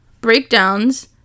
breakdowns